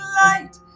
light